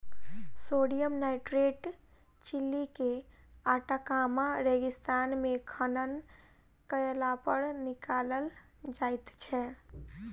sodium nitrate Chile के Atacama रेगिस्तान मे खनन कयलापर निकालल जाइत छै